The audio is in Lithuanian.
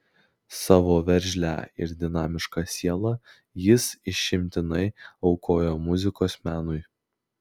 savo veržlią ir dinamišką sielą jis išimtinai aukojo muzikos menui